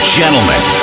gentlemen